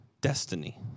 destiny